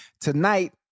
Tonight